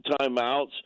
timeouts